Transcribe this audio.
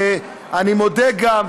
אני מודה גם,